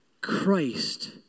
Christ